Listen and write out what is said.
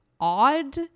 odd